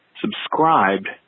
subscribed